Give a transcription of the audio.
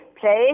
play